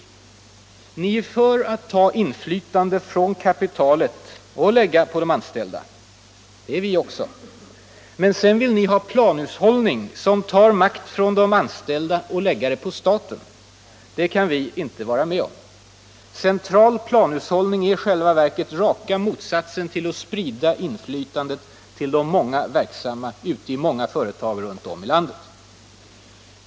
Man är för att ta ifrån kapitalet inflytande och lägga det på de anställda. Det är vi också. Men sedan vill man ha planhushållning som tar makt från de anställda och lägger den på staten. Det kan vi inte vara med om. Central planhushållning är i själva verket raka motsatsen till att sprida inflytandet till de många verksamma ute i ett stort antal företag runt om i landet.